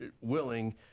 willing